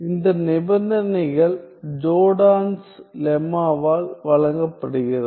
இந்த நிபந்தனைகள் ஜோர்டான்ஸ் லெம்மாவால் வழங்கப்படுகிறது